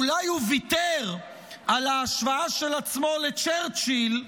אולי הוא ויתר על ההשוואה של עצמו לצ'רצ'יל,